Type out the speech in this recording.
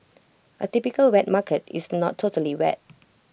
A typical wet market is not totally wet